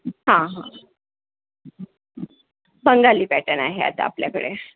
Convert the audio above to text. हां हां बंगाली पॅटर्न आहे आता आपल्याकडे